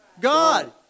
God